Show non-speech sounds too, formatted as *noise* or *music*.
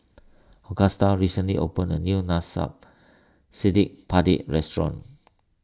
Agustus recently opened a new *unintelligible* Cili Padi restaurant